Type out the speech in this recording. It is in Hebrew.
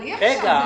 אי אפשר.